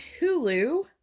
Hulu